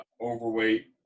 overweight